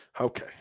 Okay